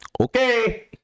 Okay